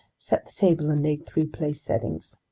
set the table and laid three place settings.